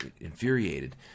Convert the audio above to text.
infuriated